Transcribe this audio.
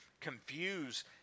confuse